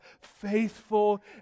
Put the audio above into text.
Faithful